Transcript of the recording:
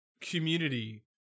community